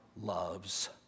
loves